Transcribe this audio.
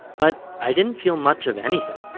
but, i didn't feel much of anything.